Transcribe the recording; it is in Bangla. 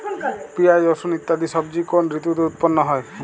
পিঁয়াজ রসুন ইত্যাদি সবজি কোন ঋতুতে উৎপন্ন হয়?